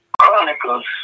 Chronicles